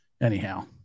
Anyhow